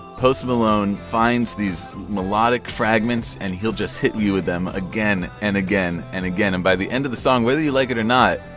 post malone finds these melodic fragments, and he'll just hit you with them again and again and again. and by the end of the song, whether you like it or not,